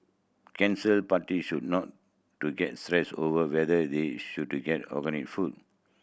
cancer party should not to get stressed over whether they should get organic food